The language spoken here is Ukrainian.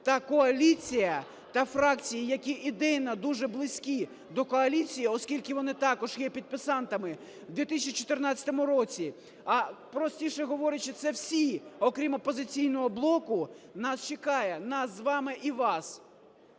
та коаліція, та фракції, які ідейно дуже близькі до коаліції, оскільки вони також є підписантами у 2014 році, а, простіше говорячи, це всі, окрім "Опозиційного блоку", нас чекає, нас з вами і вас?